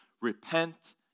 repent